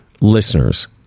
listeners